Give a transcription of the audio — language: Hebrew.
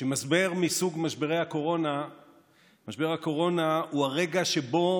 שמשבר מסוג משבר הקורונה הוא הרגע שבו